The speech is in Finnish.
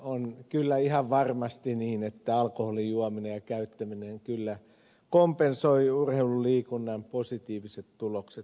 on kyllä ihan varmasti niin että alkoholin juominen ja käyttäminen kompensoi urheilun ja liikunnan positiiviset tulokset